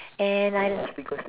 and I